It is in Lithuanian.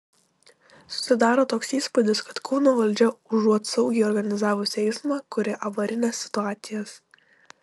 susidaro toks įspūdis kad kauno valdžia užuot saugiai organizavus eismą kuria avarines situacijas